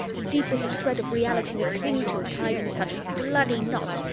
the deepest thread of reality we cling to tied in such bloody knots,